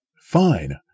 Fine